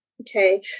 Okay